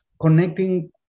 connecting